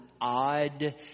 odd